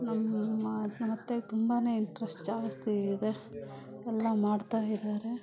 ನಮ್ಮ ನಮ್ಮತ್ತೆಗೆ ತುಂಬಾನೇ ಇಂಟ್ರೆಶ್ಟ್ ಜಾಸ್ತಿ ಇದೆ ಎಲ್ಲ ಮಾಡ್ತಾಯಿದಾರೆ